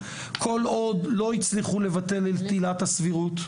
כל עוד לא הצליחו לבטל את עילת הסבירות,